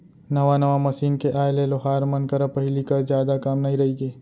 नवा नवा मसीन के आए ले लोहार मन करा पहिली कस जादा काम नइ रइगे